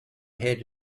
head